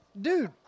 dude